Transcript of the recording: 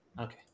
Okay